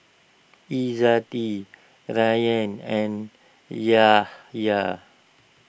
Izzati Rayyan and Yahya